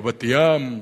ובבת-ים,